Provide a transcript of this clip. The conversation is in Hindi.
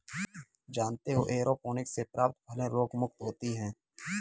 जानते हो एयरोपोनिक्स से प्राप्त फलें रोगमुक्त होती हैं